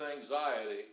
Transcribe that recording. anxiety